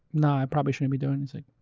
no, i probably shouldn't be doing this. like